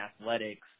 athletics